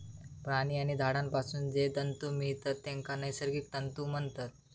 प्राणी आणि झाडांपासून जे तंतु मिळतत तेंका नैसर्गिक तंतु म्हणतत